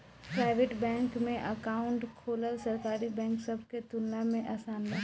private bank में account खोलल सरकारी बैंक सब के तुलना में आसान बा